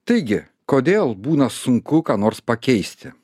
taigi kodėl būna sunku ką nors pakeisti